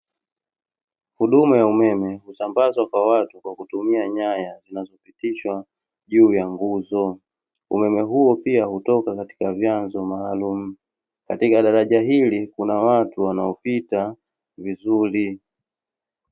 Huduma ya umeme husambazwa kwa watu kwa kutumia nyaya zinazopitishwa juu ya nguzo, umeme huo pia hutoka katika vyanzo maalum katika daraja hili kuna watu wanaopita vizuri.